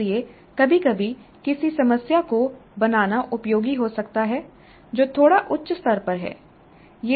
इसलिए कभी कभी किसी समस्या को बनाना उपयोगी हो सकता है जो थोड़ा उच्च स्तर पर है